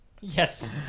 Yes